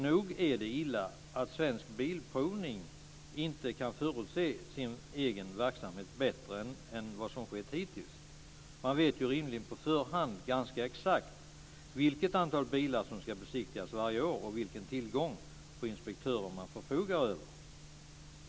Nog är det illa att Svensk Bilprovning inte kan förutse sin egen verksamhet bättre än vad som skett hittills. Man vet rimligen på förhand ganska exakt vilket antal bilar som ska besiktigas varje år och vilken tillgång på inspektörer man förfogar över.